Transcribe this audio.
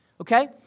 okay